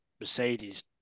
Mercedes